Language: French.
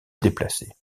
déplacer